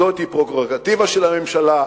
זו פררוגרטיבה של הממשלה,